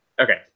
okay